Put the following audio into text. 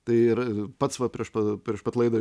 tai ir pats va prieš pat prieš pat laidą